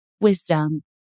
wisdom